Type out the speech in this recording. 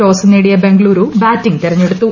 toss നേടിയ Bengaluru batting തെർഞ്ഞെടുത്തു